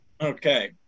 Okay